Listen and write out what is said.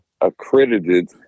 accredited